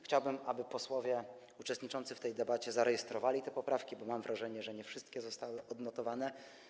Chciałbym, aby posłowie uczestniczący w tej debacie zarejestrowali te poprawki, bo mam wrażenie, że nie wszystkie zostały odnotowane.